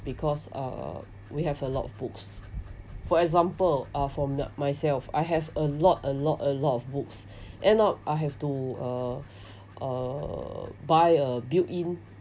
because uh we have a lot of books for example uh for myself I have a lot a lot a lot of books end up I have to uh buy a built in